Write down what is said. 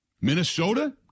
Minnesota